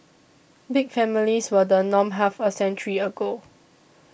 big families were the norm half a century ago